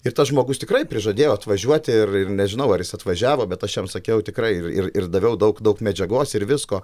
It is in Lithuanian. ir tas žmogus tikrai prižadėjo atvažiuoti ir ir nežinau ar jis atvažiavo bet aš jam sakiau tikrai ir ir ir daviau daug daug medžiagos ir visko